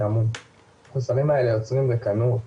החוסרים האלה יוצרים ריקנות,